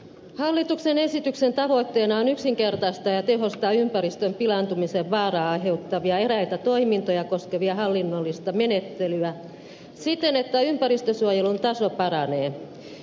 hallituksen esityksen tavoitteena on yksinkertaistaa ja tehostaa hallinnollista menettelyä joka koskee eräitä ympäristön pilaantumisen vaaraa aiheuttavia toimintoja siten että ympäristönsuojelun taso paranee